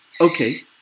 Okay